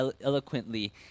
eloquently